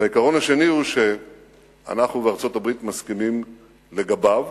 העיקרון השני, שאנחנו וארצות-הברית מסכימים לגביו,